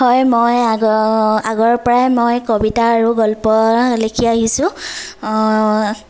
হয় মই আগ আগৰ পৰাই মই কবিতা আৰু গল্প লিখি আহিছো